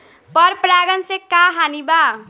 पर परागण से का हानि बा?